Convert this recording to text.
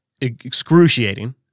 excruciating